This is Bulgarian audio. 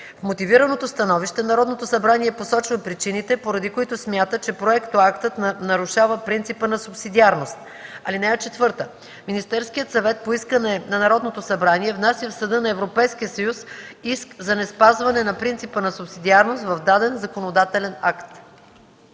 В мотивираното становище Народното събрание посочва причините, поради които смята, че проектоактът нарушава принципа на субсидиарност. (4) Министерският съвет по искане на Народното събрание внася в Съда на Европейския съюз иск за неспазване на принципа на субсидиарност в даден законодателен акт.”